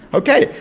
okay,